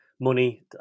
money